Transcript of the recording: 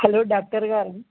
hello doctor గారు